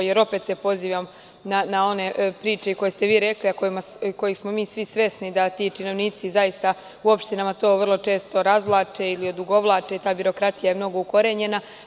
Opet se pozivam na one priče koje ste vi rekli, a kojih smo svi svesni, a to je da ti činovnici u opštinama često razvlače ili odugovlače, ta birokratija je mnogo ukorenjena.